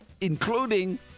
including